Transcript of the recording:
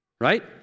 right